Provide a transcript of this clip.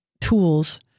tools